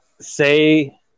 Say